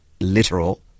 literal